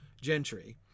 gentry